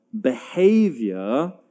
behavior